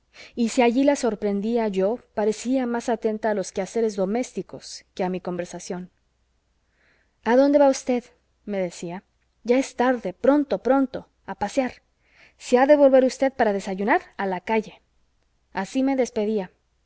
y si allí la sorprendía yo parecía más atenta a los quehaceres domésticos que a mi conversación a dónde va usted me decía ya es tarde pronto pronto a pasear si ha de volver usted para desayunar a la calle así me despedía